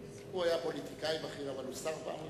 הוא היה פוליטיקאי בכיר, אבל הוא שר פעם ראשונה.